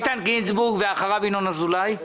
איתן גינזסורג, ואחריו ינון אזולאי.